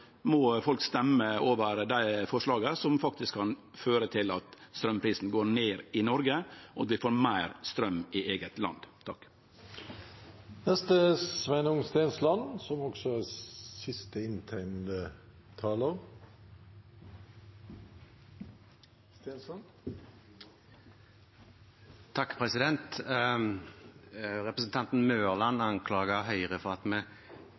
folk faktisk må stemme for dei forslaga som kan føre til at straumprisen går ned i Noreg, og at vi får meir straum i eige land.